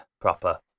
Proper